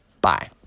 Bye